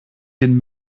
den